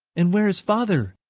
and where is father?